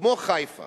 כמו חיפה